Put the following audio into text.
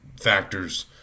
factors